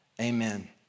Amen